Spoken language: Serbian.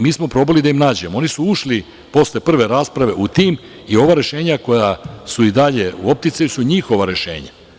Mi smo probali da im nađemo, oni su ušli posle prve rasprave u tim i ova rešenja koja su i dalje u opticaju su njihova rešenja.